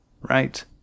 right